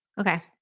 Okay